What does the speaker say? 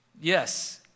yes